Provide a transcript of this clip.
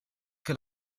che